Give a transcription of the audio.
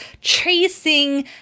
chasing